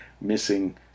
missing